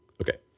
Okay